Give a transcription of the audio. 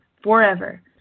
forever